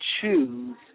Choose